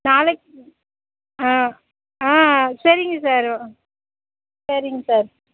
நாளைக்கு ஆ ஆ சரிங்க சார் சரிங்க சார்